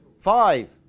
five